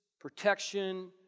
protection